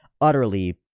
utterly